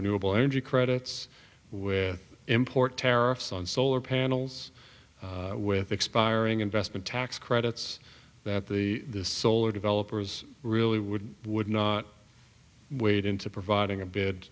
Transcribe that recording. renewable energy credits with import tariffs on solar panels with expiring investment tax credits that the the solar developers really would would not wade into providing a bi